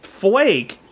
flake